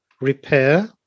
repair